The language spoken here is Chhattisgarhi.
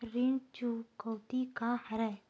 ऋण चुकौती का हरय?